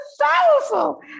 powerful